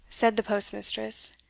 said the postmistress,